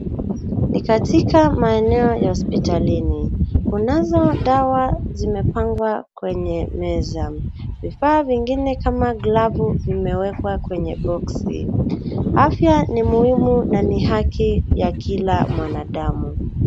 Ni katika maeneo ya hospitalini. Kunazo dawa zimepangwa kwenye meza. Vifaa vingine kama glavu vimewekwa kwenye boksi. Afya ni muhimu na ni haki ya kila mwanadamu.